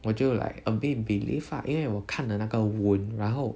我就 like a bit believe lah 因为我看了那个 wound 然后